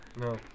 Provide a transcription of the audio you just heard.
No